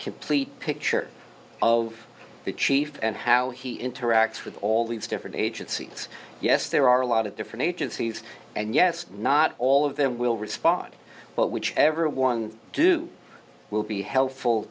complete picture of the chief and how he interacts with all these different agencies yes there are a lot of different agencies and yes not all of them will respond but whichever ones do will be helpful